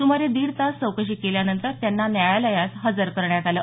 सुमारे दीड तास चौकशी केल्यानंतर त्यांना न्यायालयात हजर करण्यात आलं